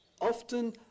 often